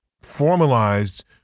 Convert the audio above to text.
formalized